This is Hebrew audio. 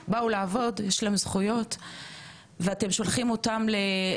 ואתם שולחים אותם להסתכל באזור האישי שלהם,